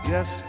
Yes